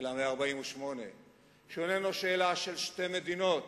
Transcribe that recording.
אלא מ-48'; שהוא איננו שאלה של שתי מדינות,